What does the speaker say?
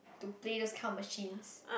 to play this kind of machines